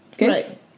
Right